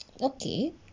Okay